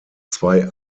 zwei